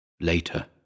Later